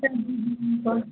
बोल